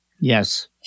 Yes